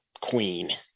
queen